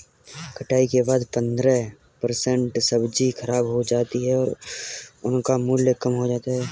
कटाई के बाद पंद्रह परसेंट सब्जी खराब हो जाती है और उनका मूल्य कम हो जाता है